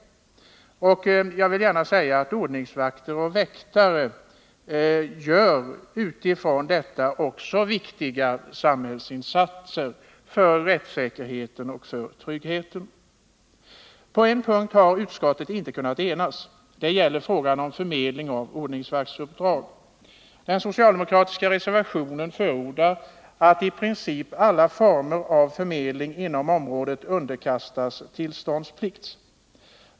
Jag vill i det sammanhanget gärna säga att ordningsvakter och väktare i det avseendet gör viktiga samhällsinsatser när det gäller rättssäkerheten och tryggheten. På en punkt har utskottet inte kunnat enas. Det gäller frågan om förmedling av ordningsvaktsuppdrag. Den socialdemokratiska reservationen förordar att i princip alla former av förmedling inom området underkastas tillståndsplikt.